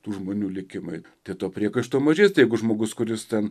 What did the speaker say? tų žmonių likimai tai to priekaišto mažės jeigu žmogus kuris ten